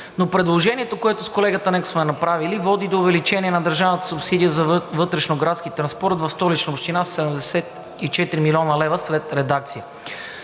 Предложението, което с колегата Ненков сме направили, води до увеличение на държавната субсидия за вътрешноградския транспорт в Столична община – 74 млн. лв., след редакция